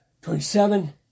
twenty-seven